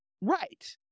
Right